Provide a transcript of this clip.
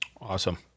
Awesome